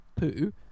poo